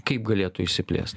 kaip galėtų išsiplėsti